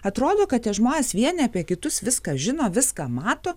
atrodo kad tie žmonės vieni apie kitus viską žino viską mato